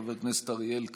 חבר הכנסת אריאל קלנר,